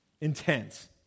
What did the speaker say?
intense